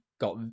got